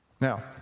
Now